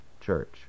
church